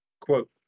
quote